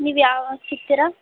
ನೀವು ಯಾವಾಗ ಸಿಗ್ತೀರಾ